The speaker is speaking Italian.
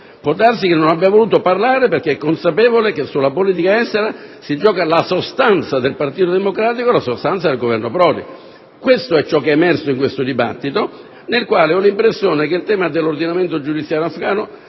Può darsi che non abbia voluto parlare perché è consapevole che sulla politica estera si gioca la sostanza del Partito democratico e del Governo Prodi. Questo è ciò che è emerso nel dibattito, nel quale ho l'impressione che il tema dell'ordinamento giudiziario afghano